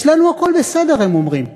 אצלנו הכול בסדר, הם אומרים.